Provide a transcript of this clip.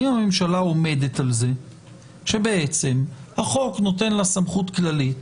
היום הממשלה עומדת על זה שהחוק נותן לה סמכות כללית,